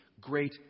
great